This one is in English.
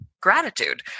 gratitude